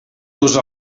usar